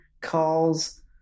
Calls